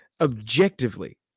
objectively